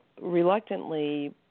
reluctantly